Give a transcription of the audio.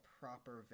proper